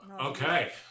Okay